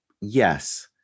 yes